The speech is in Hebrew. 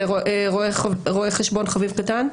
זה רואה חשבון חביב קטן?